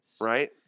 right